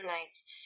nice